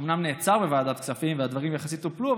שאומנם נעצר בוועדת הכספים והדברים יחסית טופלו,